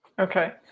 Okay